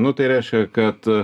nu tai reiškia kad